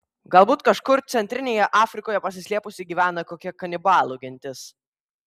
galbūt kažkur centrinėje afrikoje pasislėpusi gyvena kokia kanibalų gentis